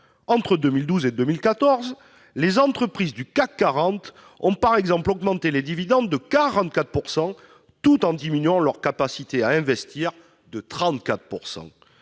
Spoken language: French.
Entre 2012 et 2014, les entreprises du CAC 40 ont ainsi augmenté les dividendes de 44 %, tout en diminuant leur capacité d'investissement